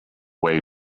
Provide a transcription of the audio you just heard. way